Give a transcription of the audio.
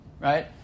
right